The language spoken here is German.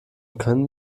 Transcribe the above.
können